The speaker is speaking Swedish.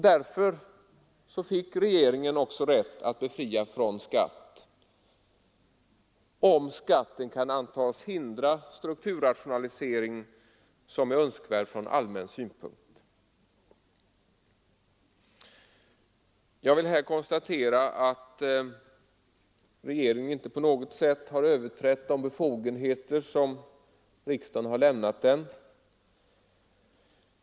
Därför fick regeringen också rätt att befria från skatt, om skatten kan antas hindra strukturrationalisering som är önskvärd från allmän synpunkt. Jag vill här konstatera att regeringen inte på något sätt har överträtt de befogenheter som riksdagen har lämnat den.